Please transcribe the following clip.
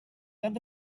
tan